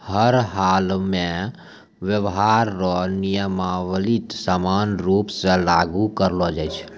हर हालमे व्यापार रो नियमावली समान रूप से लागू करलो जाय छै